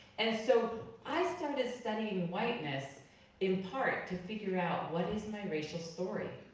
and so i started studying whiteness in part to figure out, what is my racial story?